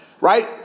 Right